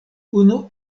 unu